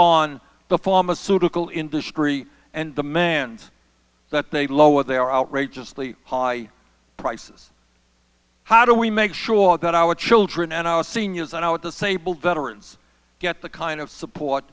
on the pharmaceutical industry and demand that they lower their outrageously high prices how do we make sure that our children and our seniors are at the sable veterans get the kind of support